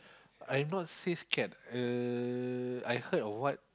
I not say say scared uh I heard of what